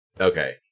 Okay